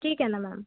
ठीक आहे नं मॅम